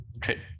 trade